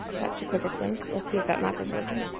that's the quickest link. let's see if that map is working.